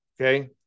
Okay